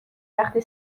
وقتی